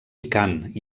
picant